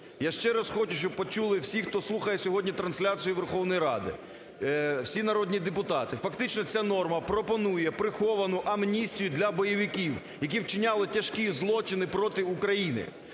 Я ще раз хочу, щоб почули всі, хто слухає сьогодні трансляцію Верховної Ради, всі народні депутати: фактично ця норма пропонує приховану амністію для бойовиків, які вчиняли тяжкі злочини проти України.